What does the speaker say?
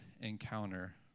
encounter